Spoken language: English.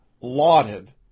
lauded